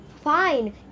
fine